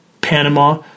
Panama